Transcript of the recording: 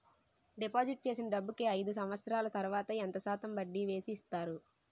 Deposit చేసిన డబ్బుకి అయిదు సంవత్సరాల తర్వాత ఎంత శాతం వడ్డీ వేసి ఇస్తారు?